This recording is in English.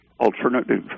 alternative